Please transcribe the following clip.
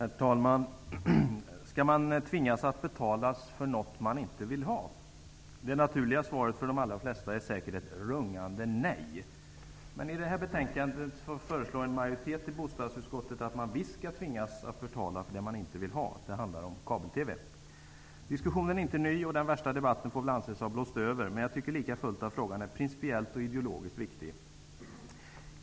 Herr talman! Skall man tvingas att betala för någonting man inte vill ha? Det naturliga svaret är säkert för de allra flesta ett rungande nej. Men i det här betänkandet föreslår en majoritet i bostadsutskottet att man visst skall tvingas att betala för det man inte vill ha. Det handlar om kabel-TV. Diskussionen är inte ny, och den värsta debatten får väl anses ha blåst över, men jag tycker likafullt att frågan är principiellt och ideologiskt viktig.